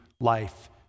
life